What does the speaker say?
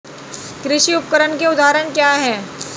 कृषि उपकरण के उदाहरण क्या हैं?